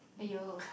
aiyo